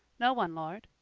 no one, lord.